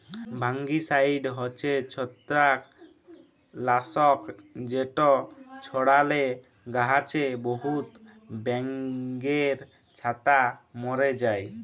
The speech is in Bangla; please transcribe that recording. ফাঙ্গিসাইড হছে ছত্রাক লাসক যেট ছড়ালে গাহাছে বহুত ব্যাঙের ছাতা ম্যরে যায়